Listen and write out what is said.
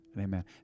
Amen